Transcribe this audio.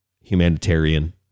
humanitarian